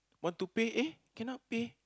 want to pay eh cannot pay